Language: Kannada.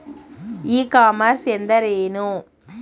ಇ ಕಾಮರ್ಸ್ ಎಂದರೇನು?